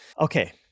okay